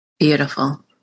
Beautiful